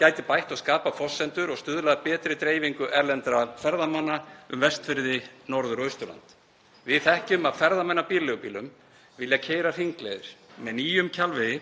gæti bætt og skapað forsendur og stuðlað að betri dreifingu erlendra ferðamanna um Vestfirði, Norðurland og Austurland. Við þekkjum að ferðamenn á bílaleigubílum vilja keyra hringleiðir. Með nýjum Kjalvegi